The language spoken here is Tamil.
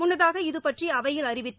முன்னதாக இது பற்றி அவையில் அறிவித்த